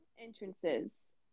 entrances